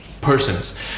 persons